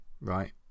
right